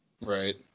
Right